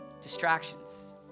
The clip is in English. distractions